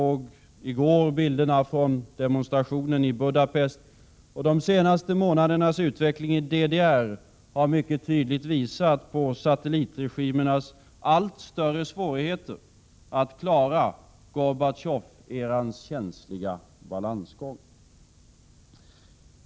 Vi såg bilderna från gårdagens demonstration i Budapest. De senaste månadernas utveckling i DDR har mycket tydligt visat satellitregimernas allt större svårigheter att klara Gorbatjov-erans känsliga balansgång.